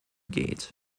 geht